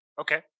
Okay